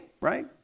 right